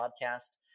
broadcast